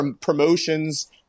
promotions